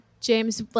James